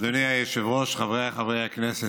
אדוני היושב-ראש, חבריי חברי הכנסת,